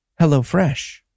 HelloFresh